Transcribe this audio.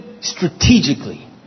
strategically